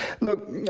Look